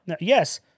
Yes